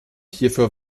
hierfür